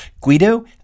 Guido